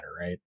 right